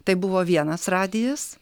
tai buvo vienas radijas